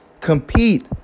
Compete